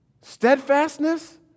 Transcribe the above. steadfastness